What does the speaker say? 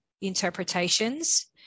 interpretations